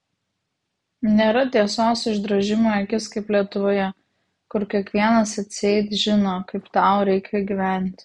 nėra tiesos išdrožimo į akis kaip lietuvoje kur kiekvienas atseit žino kaip tau reikia gyventi